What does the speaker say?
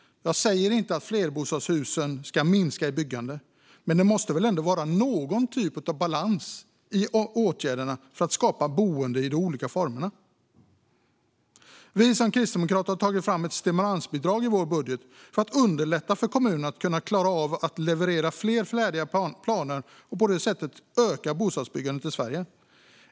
Jag säger inte att byggandet av flerbostadshus ska minska. Men det måste väl ändå vara någon typ av balans i fråga om åtgärderna för att skapa boenden i de olika formerna? Vi kristdemokrater har tagit fram ett stimulansbidrag i vår budget för att underlätta för kommunerna att kunna klara av att leverera fler färdiga planer, och på det sättet öka bostadsbyggandet i Sverige.